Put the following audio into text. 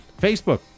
Facebook